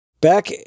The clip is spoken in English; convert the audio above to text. back